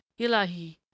ilahi